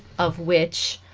of which